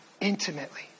intimately